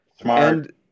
Smart